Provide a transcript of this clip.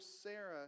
Sarah